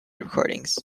recordings